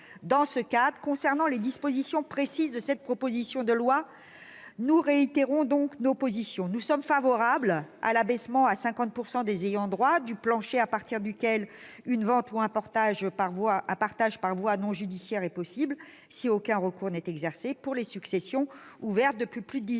Dans ce cadre, s'agissant des dispositions précises de cette proposition de loi, nous réitérons donc nos positions. Nous sommes favorables à l'abaissement à 51 % des ayants droit du plancher à partir duquel une vente ou un partage par voie non judiciaire est possible, si aucun recours n'est exercé, pour les successions ouvertes depuis plus de dix ans.